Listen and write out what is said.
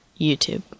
YouTube